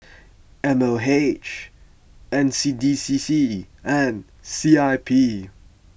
M O H N C D C C and C I P